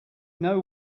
know